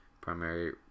primary